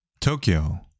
Tokyo